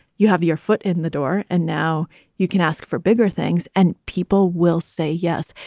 you have your foot in the door and now you can ask for bigger things and people will say, yes,